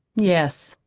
yes,